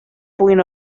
puguin